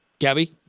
Gabby